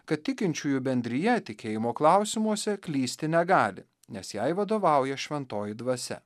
kad tikinčiųjų bendrija tikėjimo klausimuose klysti negali nes jai vadovauja šventoji dvasia